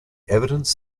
evidence